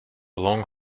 long